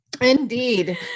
Indeed